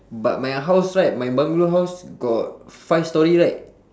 but my house right my bungalow house got five storey right